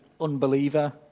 unbeliever